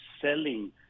selling